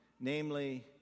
namely